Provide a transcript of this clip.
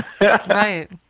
Right